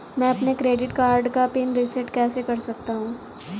मैं अपने credit card का पिन रिसेट कैसे कर सकता हूँ?